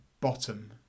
Bottom